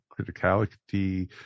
criticality